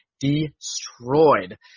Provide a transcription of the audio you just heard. destroyed